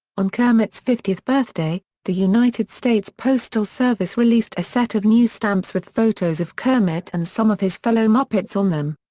on kermit's fiftieth birthday, the united states postal service released a set of new stamps with photos of kermit and some of his fellow muppets on them.